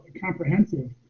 comprehensive